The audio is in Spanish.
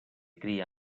cría